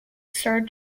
sir